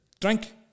Drink